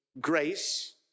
Grace